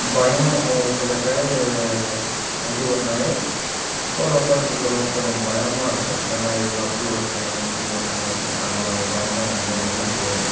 பயம் ஒருசில டிரைவர் வண்டி ஓட்டினாவே கூட உட்காந்துட்டு போகிறவங்க கொஞ்சம் பயமாக இருக்கும் ஏனால் இவங்க அப்படி ஓட்டுறாங்க இப்படி ஓட்டுறாங்க அப்ன் அந்தமாதிரி பயமெலாம் எந்த இதுவுமே கிடையாது